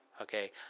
Okay